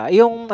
yung